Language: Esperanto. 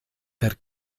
per